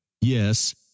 Yes